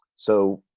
so.